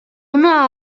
una